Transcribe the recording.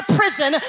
prison